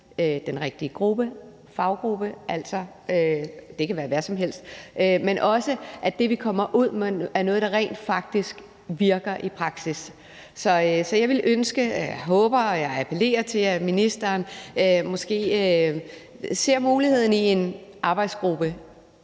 den rigtige faggruppe, og det kan være hvem som helst, men også, at det, vi kommer ud med, er noget, der rent faktisk virker i praksis. Så jeg vil ønske, og jeg håber, og jeg vil appellere til, at ministeren måske ser muligheden i en arbejdsgruppe